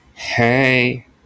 Hey